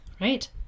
right